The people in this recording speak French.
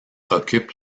occupe